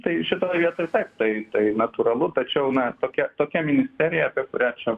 tai šitoj vietoj taip tai tai natūralu tačiau na tokia tokia ministerija apie kurią čia